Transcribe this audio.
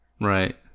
right